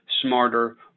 smarter